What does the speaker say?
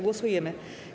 Głosujemy.